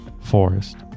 forest